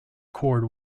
cord